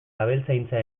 abeltzaintza